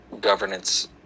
governance